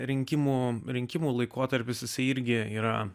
rinkimų rinkimų laikotarpis jisai irgi yra